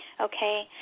okay